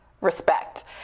respect